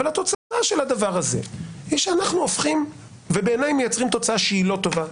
אבל התוצאה של הדבר הזה היא שאנחנו מייצרים תוצאה שהיא לא טובה.